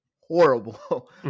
horrible